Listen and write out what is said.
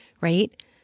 right